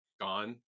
gone